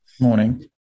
Morning